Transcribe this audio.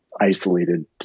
isolated